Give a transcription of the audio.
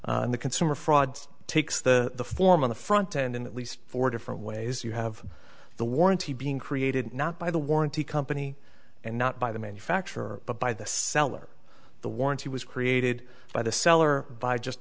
the consumer fraud takes the form on the front end in at least four different ways you have the warranty being created not by the warranty company and not by the manufacturer but by the seller the warranty was created by the seller by just